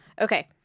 Okay